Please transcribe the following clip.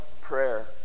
prayer